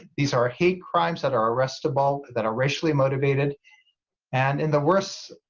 these are hate crimes that are arrestable that are racially motivated and in the worst,